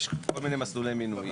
יש כל מיני מסלולי מינוי.